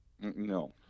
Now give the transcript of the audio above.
No